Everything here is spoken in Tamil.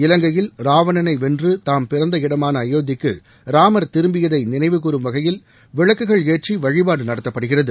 இலங்கையில் ராவணனை வென்று தாம் பிறந்த இடமான அயோத்திக்கு ராமர் திரும்பியதை நினைவுக்கூறும் வகையில் விளக்குகள் ஏற்றி வழிபாடு நடத்தப்படுகிறது